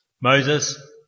Moses